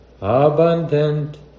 abundant